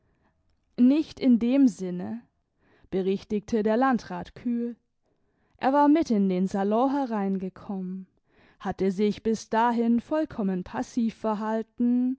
nicht in dem sinne berichtigte der landrat kühl er war mit in den salon hereingekommen hatte sich bis dahin vollkommen passiv verhalten